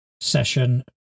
session